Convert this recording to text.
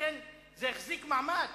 לכן זה החזיק מעמד